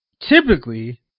typically